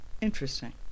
Interesting